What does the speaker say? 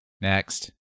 next